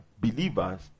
believers